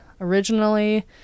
Originally